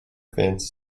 advanced